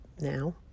now